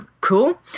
cool